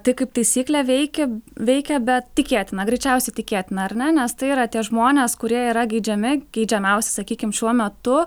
tai kaip taisyklė veikė veikia bet tikėtina greičiausiai tikėtina ar ne nes tai yra tie žmonės kurie yra geidžiami geidžiamiausi sakykim šiuo metu